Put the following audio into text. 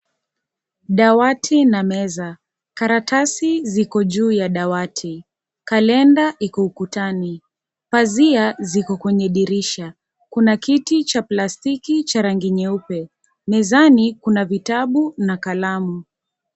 Dawati na meza karatasi ziko juu ya dawati, kalenda iko ukutani, pazia ziko kwenye dirisha kuna kiti cha plastiki cha rangi nyeupe mezani kuna vitabu na kalamu.